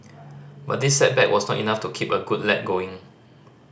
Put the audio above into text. but this setback was not enough to keep a good lad going